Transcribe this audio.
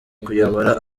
kuyobora